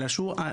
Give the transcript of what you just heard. אלא שהוא ייחודי.